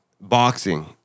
boxing